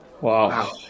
Wow